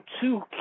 two